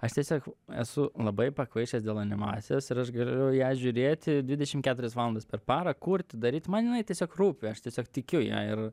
aš tiesiog esu labai pakvaišęs dėl animacijos ir aš gariu ją žiūrėti dvidešim keturias valandas per parą kurti daryt man jinai tiesiog rūpi aš tiesiog tikiu ja ir